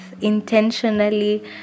intentionally